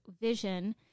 vision